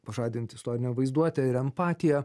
pažadinti istorinę vaizduotę ir empatiją